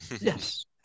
yes